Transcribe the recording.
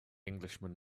englishman